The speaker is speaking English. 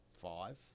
five